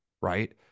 right